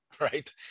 right